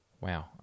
Wow